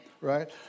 right